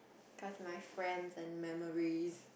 cause my friends and memories